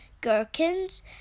gherkins